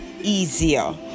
easier